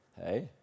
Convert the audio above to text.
Hey